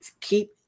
keep